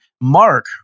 Mark